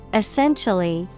essentially